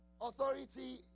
authority